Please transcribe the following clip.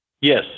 Yes